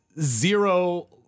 zero